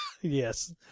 Yes